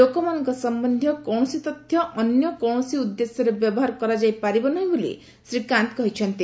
ଲୋକମାନଙ୍କ ସମ୍ଭନ୍ଧୀୟ କୌଣସି ତଥ୍ୟ ଅନ୍ୟକୌଣସି ଉଦ୍ଦେଶ୍ୟରେ ବ୍ୟବହାର କରାଯାଇ ପାରିବ ନାହିଁ ବୋଲି ଶ୍ରୀ କାନ୍ତ କହିଛନ୍ତି